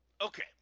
Okay